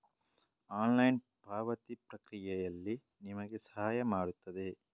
online ಪಾವತಿ ಪ್ರಕ್ರಿಯೆಯಲ್ಲಿ ನಿಮಗೆ ಸಹಾಯ ಮಾಡುತ್ತದೆ